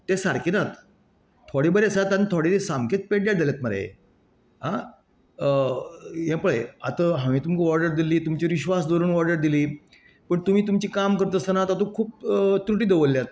ते सारकें नात थोडे बरें आसात आनी थोडे सामकेंच पेड्ड्यार जाल्यात मरे आं हे पळय आता हांवे तुमकां ऑर्डर दिल्लीं तुमचेर विश्वास दवरून ऑर्डर दिल्ली पूण तुमी तुमचें काम करता आसतना तातूंत खूब तृटी दवरल्यात